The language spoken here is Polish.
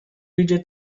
idzie